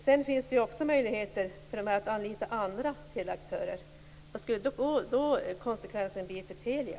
Sedan finns det också möjligheter att anlita andra teleaktörer. Vad skulle då konsekvensen bli för Telia?